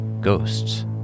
ghosts